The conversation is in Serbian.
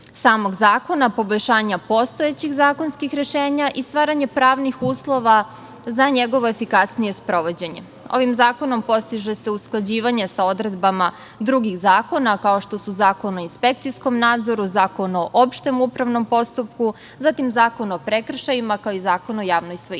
samog zakona, poboljšanja postojećih zakonskih rešenja i stvaranje pravnih uslova za njegovo efikasnije sprovođenje. Ovim zakonom postiže se usklađivanje sa odredbama drugih zakona, kao što su Zakon o inspekcijskom nadzoru, Zakon o opštem upravnom postupku, zatim Zakon o prekršajima, kao i Zakon o javnoj svojini.